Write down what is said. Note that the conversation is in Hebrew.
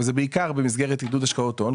וזה בעיקר במסגרת עידוד השקעות הון,